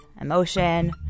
emotion